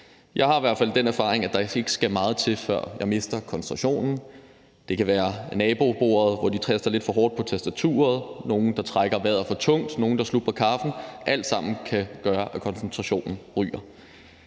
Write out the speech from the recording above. Jeg har i hvert fald den erfaring, at der ikke skal meget til, før jeg mister koncentrationen. Det kan være ved nabobordet, hvor de taster lidt for hårdt på tastaturet, nogle, der trækker vejret for tungt, eller nogle, der slubrer kaffen. Alt sammen kan gøre, at koncentrationen ryger.